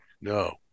No